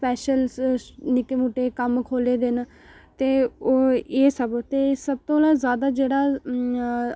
special निक्के मुट्टे कम्म खोह्ल्ले दे न ते ओह् एह् सब ते सबतों जैदा जेह्ड़ा ऐ